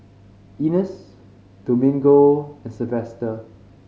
Ines Domingo and Sylvester